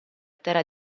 terra